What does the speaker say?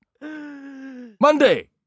Monday